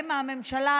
עם הממשלה,